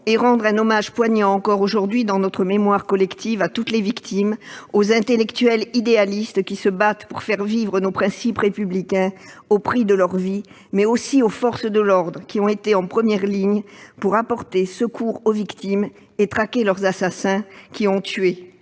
et rendre un hommage poignant, encore aujourd'hui dans notre mémoire collective, à toutes les victimes, aux intellectuels idéalistes qui se battent pour faire vivre nos principes républicains au prix de leur vie, mais aussi aux forces de l'ordre, en première ligne pour apporter secours aux victimes et traquer les assassins qui ont tué